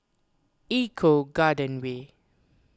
Eco Garden Way